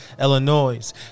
Illinois